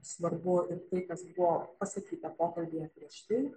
svarbu ir tai kas buvo pasakyta pokalbyje prieš tai